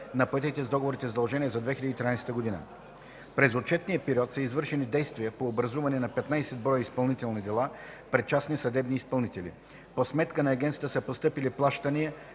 на поетите с договорите задължения за 2013 г. През отчетния период са извършени действия по образуване на 15 броя изпълнителни дела пред частни съдебни изпълнители. По сметка на Агенцията са постъпили плащания